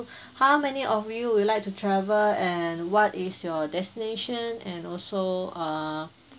how many of you would like to travel and what is your destination and also uh